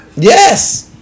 Yes